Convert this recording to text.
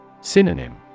Synonym